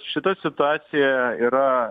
šita situacija yra